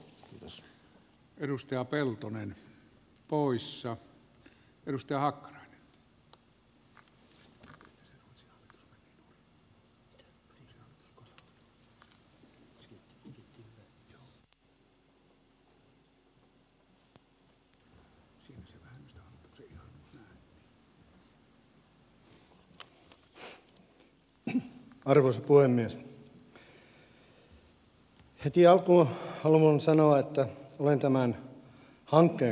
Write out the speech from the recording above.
heti alkuun haluan sanoa että olen tämän hankkeen kannalla